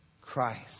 Christ